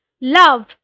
love